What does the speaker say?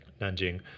Nanjing